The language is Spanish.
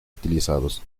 utilizados